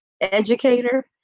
educator